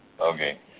Okay